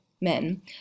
men